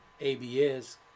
ABS